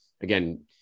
again